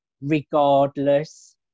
regardless